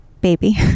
baby